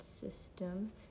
system